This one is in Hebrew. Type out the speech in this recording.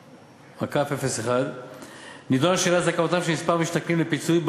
26860/01 נדונה שאלת זכאותם של כמה משתכנים לפיצוי.